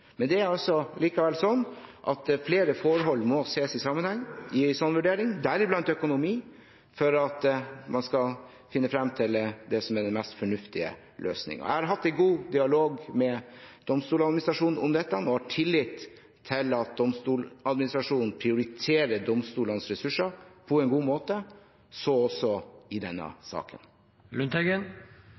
Det er likevel sånn at flere forhold må ses i sammenheng i en sånn vurdering, deriblant økonomi, for at man skal finne frem til det som er den mest fornuftige løsningen. Jeg har hatt en god dialog med Domstoladministrasjonen om dette og har tillit til at Domstoladministrasjonen prioriterer domstolenes ressurser på en god måte, så også i denne